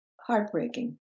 heartbreaking